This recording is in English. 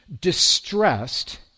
distressed